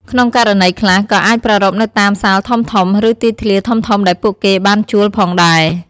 ក្នុងករណីខ្លះ ក៏អាចប្រារព្ធនៅតាមសាលធំៗ ឬទីធ្លាធំៗដែលពួកគេបានជួលផងដែរ។